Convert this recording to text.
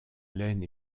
laine